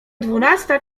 dwunasta